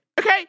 okay